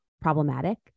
problematic